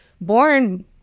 born